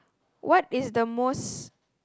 what is the most